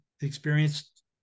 experienced